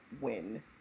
win